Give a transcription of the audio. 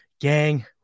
Gang